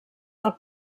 del